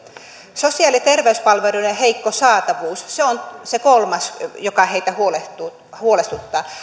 sosiaali ja terveyspalveluiden heikko saatavuus on se kolmas joka heitä huolestuttaa